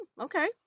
okay